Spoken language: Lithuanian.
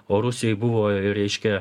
o rusijoj buvo reiškia